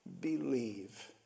believe